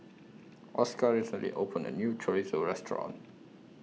Oscar recently opened A New Chorizo Restaurant